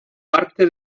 parte